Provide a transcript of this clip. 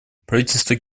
правительство